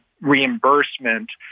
reimbursement